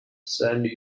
sent